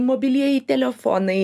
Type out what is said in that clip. mobilieji telefonai